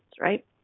Right